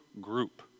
group